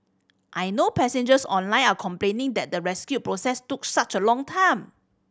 I know passengers online are complaining that the rescue process took such a long time